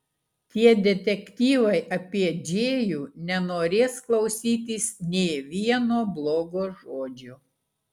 tie detektyvai apie džėjų nenorės klausytis nė vieno blogo žodžio